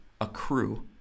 accrue